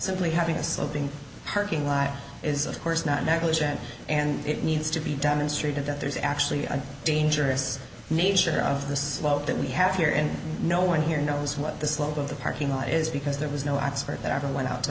simply having a sloping parking lot is of course not negligent and it needs to be demonstrated that there's actually a dangerous nature of the slope that we have here and no one here knows what the slope of the parking lot is because there was no expert that i ever went out to